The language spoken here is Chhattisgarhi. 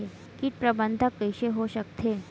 कीट प्रबंधन कइसे हो सकथे?